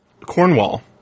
Cornwall